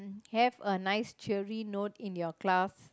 have a nice cheery note in your class